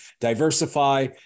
diversify